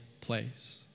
place